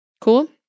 Cool